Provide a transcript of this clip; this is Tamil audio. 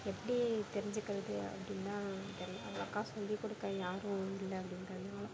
எப்படி தெரிஞ்சுக்கிறது அப்படின்னா தெரியல அவ்வளாக்கா சொல்லிக் கொடுக்க யாரும் இல்லை அப்படிங்கிறதுனால